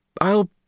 I'll